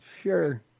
sure